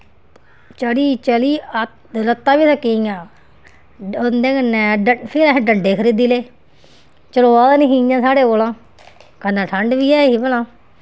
चढ़ी चली अड़ लत्तां बी थक्की गेइयां उंदे कन्नै डं फिर असें डंडे खरीदी ले चलोआ दा नेईं ही इ'यां साढ़े कोला कन्नै ठंड बी ही भला